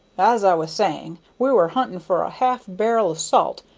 as i was saying, we were hunting for a half-bar'l of salt,